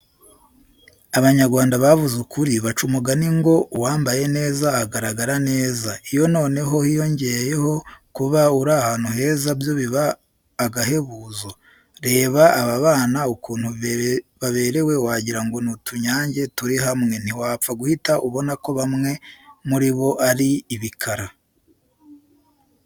Abanyarwanda bavuze ukuri, baca umugani ngo uwambaye neza agaragara neza; iyo noneho hiyongereyeho kuba uri ahantu heza byo biba ahahebuzo! Reba aba bana ukuntu bererana, wagirango ni utunyange turi hamwe, ntiwapfa guhita ubona ko bamwe muri bo ari ibikara.